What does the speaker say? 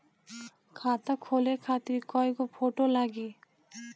खाता खोले खातिर कय गो फोटो लागी?